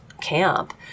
camp